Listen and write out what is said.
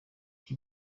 iki